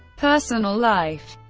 personal life